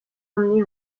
emmené